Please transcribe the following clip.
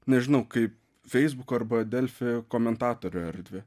nežinau kaip feisbuko arba delfi komentatorių erdvę